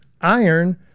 iron